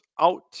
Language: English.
out